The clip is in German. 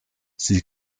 sie